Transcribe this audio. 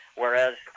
Whereas